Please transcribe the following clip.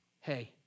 Hey